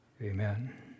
Amen